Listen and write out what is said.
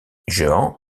jehan